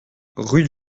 rue